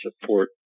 support